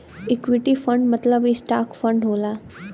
equity fund मतलब stock fund होला